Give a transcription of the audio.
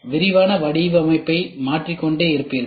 விரிவான வடிவமைப்பை மாற்றிக் கொண்டே இருப்பீர்கள்